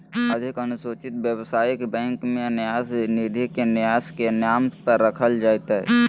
अधिक अनुसूचित व्यवसायिक बैंक में न्यास निधि के न्यास के नाम पर रखल जयतय